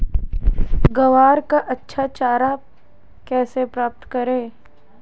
ग्वार का अच्छा चारा कैसे प्राप्त करें?